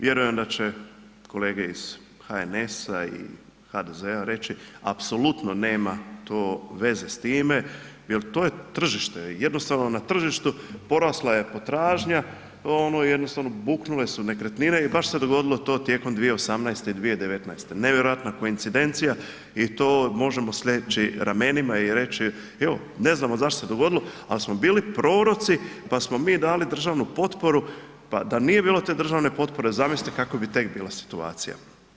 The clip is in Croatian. Vjerujem da će kolege iz HNS-a i HDZ-a reći, apsolutno nema to veze s time jer to je tržište, jednostavno na tržištu porasla je potražno, jednostavno buknule su nekretnine i baš se dogodilo to tijekom 2018. i 2019., nevjerojatna koincidencija i to možemo sleći ramenima i reći, evo, ne znamo zašto se dogodilo, ali smo bili proroci pa smo mi dali državni potporu, pa da nije bilo te državne potpore, zamislite kako bi tek bila situacija.